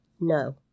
No